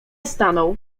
stanął